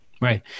Right